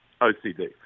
ocd